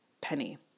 penny